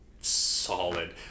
solid